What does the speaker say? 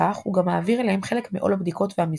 בכך הוא גם מעביר אליהם חלק מעול הבדיקות והמיזוג.